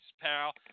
pal